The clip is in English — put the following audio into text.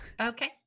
Okay